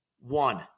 one